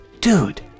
dude